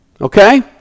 Okay